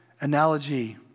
analogy